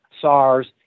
SARS